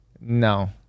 no